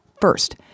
first